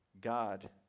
God